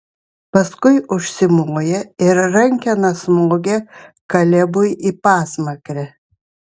paskui užsimoja ir rankena smogia kalebui į pasmakrę